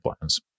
plans